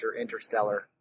Interstellar